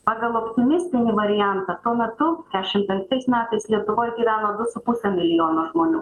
pagal optimistinį variantą tuo metu keturiasdešim penktais metais lietuvoj gyveno du su puse milijono žmonių